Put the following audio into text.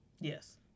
Yes